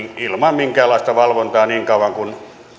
ilman minkäänlaista valvontaa niin kauan kuin